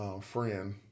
Friend